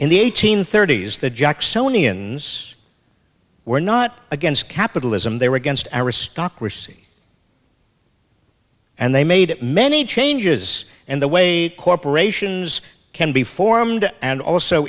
in the eighteenth thirties the jacksonian were not against capitalism they were against our stock recy and they made many changes and the weight corporations can be formed and also